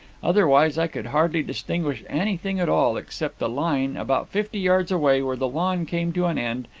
otherwise i could hardly distinguish anything at all, except the line, about fifty yards away, where the lawn came to an end,